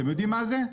אתם יודעים מה זה?